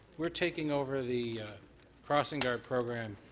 we're taking over the crossing guard program,